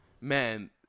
Man